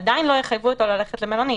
עדיין לא יחייבו אותו ללכת למלונית.